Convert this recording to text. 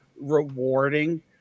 rewarding